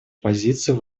позицию